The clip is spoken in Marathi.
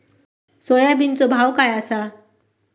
सोयाबीनचो भाव काय आसा?